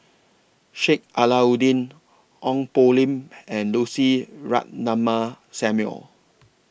Sheik Alau'ddin Ong Poh Lim and Lucy Ratnammah Samuel